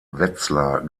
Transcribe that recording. wetzlar